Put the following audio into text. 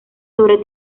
sobre